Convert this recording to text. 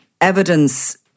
evidence